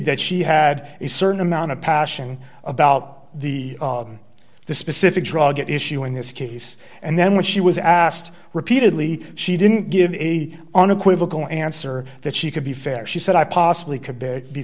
that she had a certain amount of passion about the the specific drug issue in this case and then when she was asked repeatedly she didn't give a unequivocal answer that she could be fair she said i possibly could